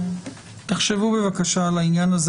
תחשבו על העניין הזה.